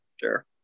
sure